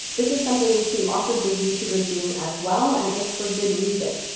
this is something you see lots of big youtubers doing as well, and it's for good reason.